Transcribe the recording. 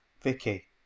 Vicky